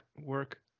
work